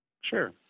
Sure